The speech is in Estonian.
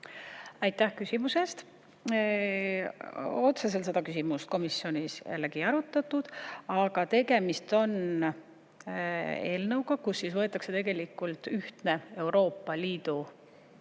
Aitäh küsimuse eest! Otseselt seda küsimust komisjonis ei arutatud, aga tegemist on eelnõuga, kus siis võetakse tegelikult ühtne Euroopa Liidu